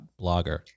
blogger